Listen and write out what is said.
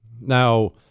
Now